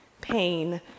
pain